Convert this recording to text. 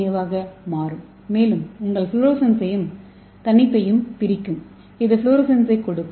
ஏவாக மாறும் மேலும் உங்கள் ஃப்ளோரசன்ஸையும் தணிப்பையும் பிரிக்கும் இது ஃப்ளோரசன்ஸைக் கொடுக்கும்